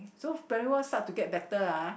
so primary one start to get better ah